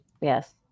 yes